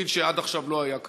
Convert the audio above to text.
תפקיד שעד עכשיו לא היה קיים?